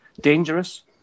dangerous